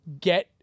get